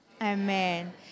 Amen